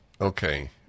Okay